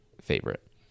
favorite